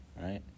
right